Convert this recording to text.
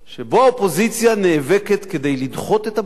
האופוזיציה נאבקת כדי לדחות את הבחירות?